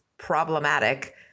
Problematic